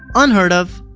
unheard of.